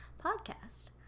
podcast